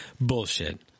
Bullshit